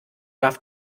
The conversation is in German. darf